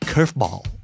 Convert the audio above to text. Curveball